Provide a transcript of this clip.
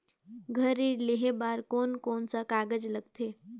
घर ऋण लेहे बार कोन कोन सा कागज लगथे?